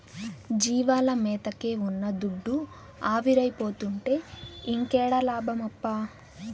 జీవాల మేతకే ఉన్న దుడ్డు ఆవిరైపోతుంటే ఇంకేడ లాభమప్పా